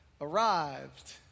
arrived